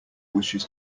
wishes